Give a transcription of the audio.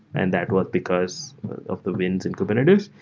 and that was because of the wins in kubernetes.